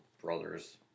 brothers